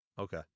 Okay